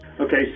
Okay